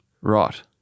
Right